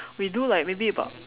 we do like maybe about